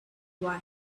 why